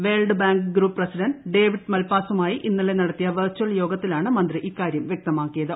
world Bank Group President David മൽപ്പിന്നു്മായി ഇന്നലെ നടത്തിയ വിർച്ചൽ യോഗത്തിലാണ് മൃത്തിച്ച ഇ്ക്കാര്യം വ്യക്തമാക്കിയത്